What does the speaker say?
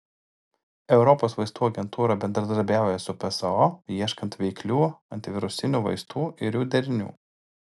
europos vaistų agentūra bendradarbiauja su pso ieškant veiklių antivirusinių vaistų ir jų derinių